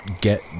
get